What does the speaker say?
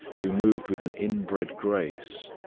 who moved with an inbred grace,